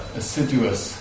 assiduous